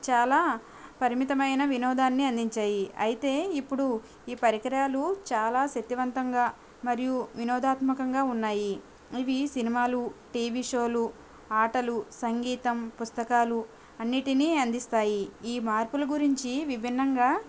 చాలా పరిమితమైన వినోదాన్ని అందించాయి అయితే ఇప్పుడు ఈ పరికరాలు చాలా శక్తివంతంగా మరియు వినోదాత్మకంగా ఉన్నాయి ఇవి సినిమాలు టీవీ షోలు ఆటలు సంగీతం పుస్తకాలు అన్నింటిని అందిస్తాయి ఈ మార్పుల గురించి విభిన్నంగా